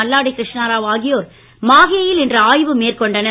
மல்லாடி கிருஷ்ணாராவ் ஆகியோர் மாஹேயில் இன்று ஆய்வு மேற்கொண்டனர்